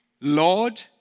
Lord